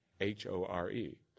h-o-r-e